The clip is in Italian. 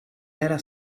era